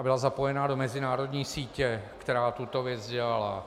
Byl zapojen do mezinárodní sítě, která tuto věc dělala.